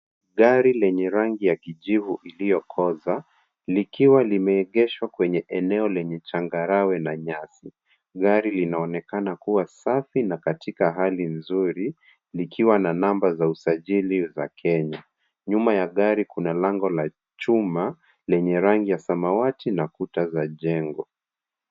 Gari lenye rangi ya kijivu iliyokoza likiwa limeegeshwa kwenye eneo lenye changarawe na nyasi. Gari linaonekana kuwa safi na katika hali nzuri likiwa na namba za usajili za Kenya. Nyuma ya gari kuna lango la chuma lenye rangi ya samawati na kuta za jengo.